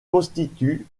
constitue